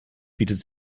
bietet